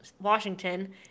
Washington